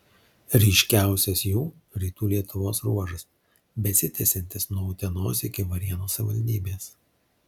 ryškiausias jų rytų lietuvos ruožas besitęsiantis nuo utenos iki varėnos savivaldybės